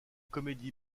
comédie